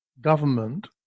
government